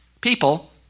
People